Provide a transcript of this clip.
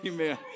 Amen